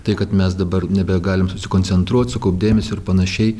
tai kad mes dabar nebegalim susikoncentruot sukaupt dėmesio ir panašiai